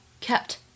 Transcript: kept